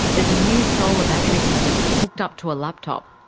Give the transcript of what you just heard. there's a new solar battery system, hooked up to a laptop.